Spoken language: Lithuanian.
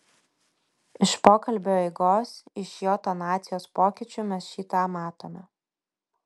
iš pokalbio eigos iš jo tonacijos pokyčių mes šį tą matome